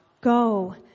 Go